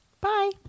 Bye